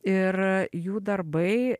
ir jų darbai